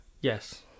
Yes